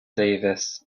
davis